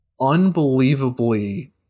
unbelievably